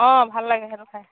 অঁ ভাল লাগে সেইটো খায়